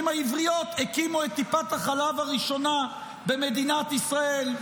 העבריות הקימו את טיפת החלב הראשונה במדינת ישראל,